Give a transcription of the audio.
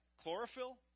chlorophyll